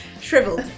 shriveled